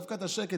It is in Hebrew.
דווקא את השקט,